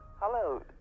Hello